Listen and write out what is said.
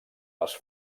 les